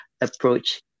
approach